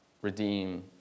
redeem